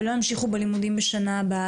ולא ימשיכו בלימודים בשנה הבאה.